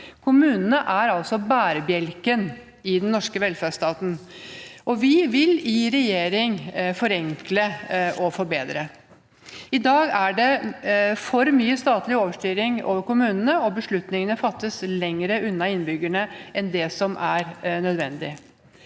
Kommunene er altså bærebjelken i den norske velferdsstaten, og vi vil i regjering forenkle og forbedre. I dag er det for mye statlig overstyring av kommunene, og beslutningene fattes lengre unna innbyggerne enn det som er nødvendig.